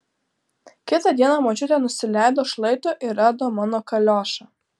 kitą dieną močiutė nusileido šlaitu ir rado mano kaliošą